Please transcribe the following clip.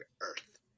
earth